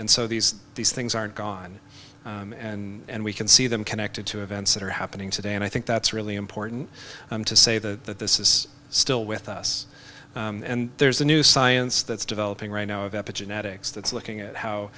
and so these these things aren't gone and we can see them connected to events that are happening today and i think that's really important to say the that this is still with us and there's a new science that's developing right now of epigenetics that's looking at how